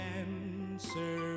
answer